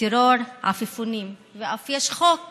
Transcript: בטרור עפיפונים ואף יש חוק